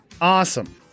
Awesome